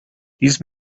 these